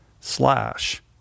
slash